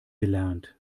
gelernt